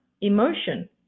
emotion